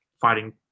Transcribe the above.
fighting